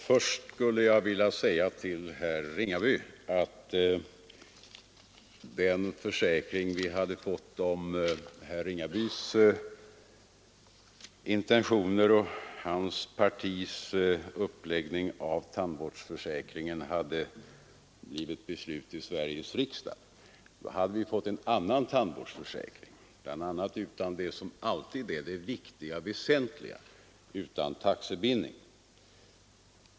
Först skulle jag vilja säga att om herr Ringabys intentioner och hans partis uppläggning av tandvårdsförsäkringen blivit beslut i Sveriges riksdag, hade vi fått en annan tandvårdsförsäkring, bl.a. utan det som alltid är det väsentliga, nämligen taxebindning.